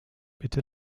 bitte